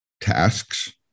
tasks